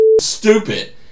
stupid